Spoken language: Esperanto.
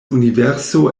universo